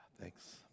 Thanks